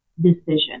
decision